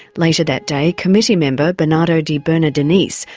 later that day, committee member bernardo de bernardinis,